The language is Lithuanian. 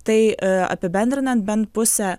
tai apibendrinant bent pusė